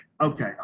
okay